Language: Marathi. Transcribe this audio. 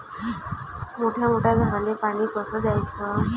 मोठ्या मोठ्या झाडांले पानी कस द्याचं?